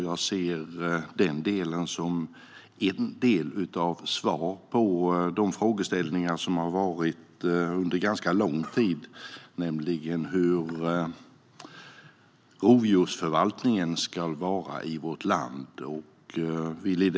Jag ser den delen som en del av svaret på de frågeställningar som har funnits under ganska lång tid när det gäller hur rovdjursförvaltningen ska vara i vårt land.